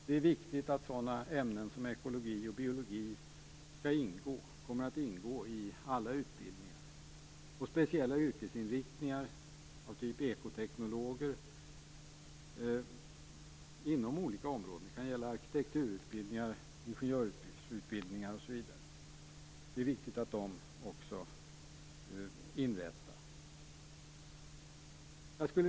Det är viktigt att sådana ämnen som ekologi och biologi skall ingå i alla utbildningar liksom speciella yrkesinriktningar av typ ekoteknologer inom olika områden. Det kan gälla arkitekturutbildningar, ingenjörsutbildningar osv. Det är viktigt att också dessa yrkesinriktningar inrättas.